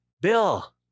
Bill